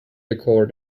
decor